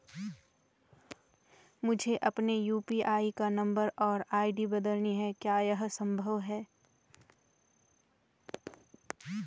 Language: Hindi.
मुझे अपने यु.पी.आई का नम्बर और आई.डी बदलनी है क्या यह संभव है?